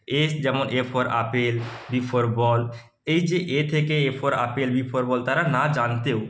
এ যেমন A for apple B for ball এই যে এ থেকে A for apple B for ball তারা না জানতেও